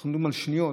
אנחנו מדברים על שניות,